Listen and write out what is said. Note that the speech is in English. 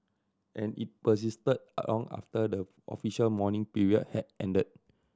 and it persisted long after the official mourning period had ended